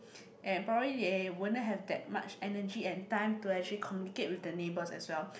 and probably they won't have that much energy and time to actually communicate with the neighbours as well